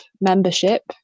membership